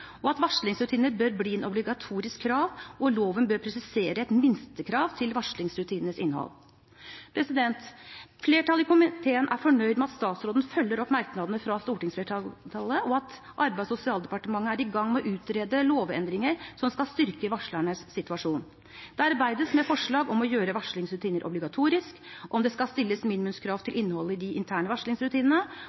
vurderes, at varslingsrutiner bør bli et obligatorisk krav, og at loven bør presisere et minstekrav til varslingsrutinenes innhold. Flertallet i komiteen er fornøyd med at statsråden følger opp merknadene fra stortingsflertallet, og at Arbeids- og sosialdepartementet er i gang med å utrede lovendringer som skal styrke varslernes situasjon. Det arbeides med forslag om å gjøre varslingsrutiner obligatorisk, om det skal stilles minimumskrav til innholdet i de interne varslingsrutinene,